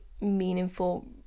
meaningful